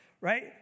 Right